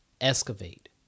Excavate